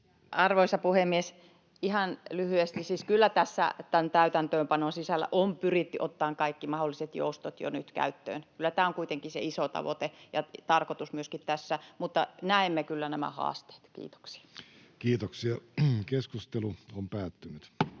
Arvoisa puhemies! Ihan lyhyesti: Siis kyllä tässä tämän täytäntöönpanon sisällä on pyritty ottamaan kaikki mahdolliset joustot jo nyt käyttöön. Kyllä tämä on kuitenkin se iso tavoite ja myöskin tarkoitus tässä, mutta näemme kyllä nämä haasteet. — Kiitoksia. Lähetekeskustelua varten